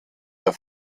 der